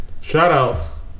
Shout-outs